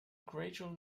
gradual